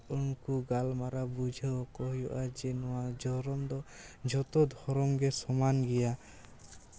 ᱩᱱᱠᱩ ᱜᱟᱞᱢᱟᱨᱟᱣ ᱵᱩᱡᱷᱟᱹᱣ ᱠᱚ ᱦᱩᱭᱩᱜᱼᱟ ᱡᱮ ᱱᱚᱣᱟ ᱫᱷᱚᱨᱚᱢ ᱫᱚ ᱡᱚᱛᱚ ᱫᱷᱚᱨᱚᱢᱜᱮ ᱥᱚᱢᱟᱱ ᱜᱮᱭᱟ